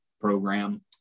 program